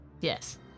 Yes